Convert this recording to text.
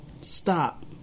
stop